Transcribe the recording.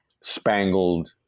spangled